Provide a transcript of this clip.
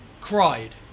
cried